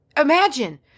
imagine